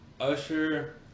Usher